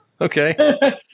Okay